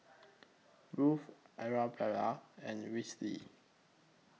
Ruth Arabella and Wesley